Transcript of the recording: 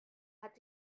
hat